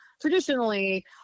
traditionally